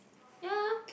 yea